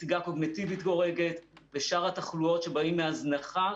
נסיגה קוגניטיבית הורגת ושאר התחלואות שבאות מהזנחה.